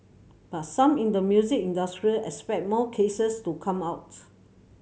but some in the music industry expect more cases to come out